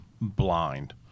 blind